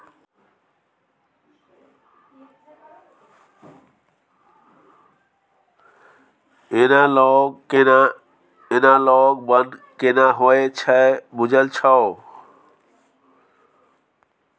Analogue बन्न केना होए छै बुझल छौ?